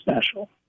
special